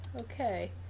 Okay